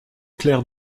claire